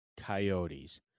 Coyotes